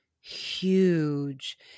huge